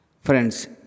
Friends